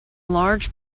large